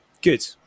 good